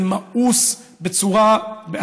זה מאוס בצורה,